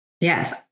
Yes